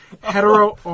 hetero